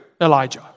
Elijah